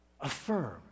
affirm